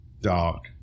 dark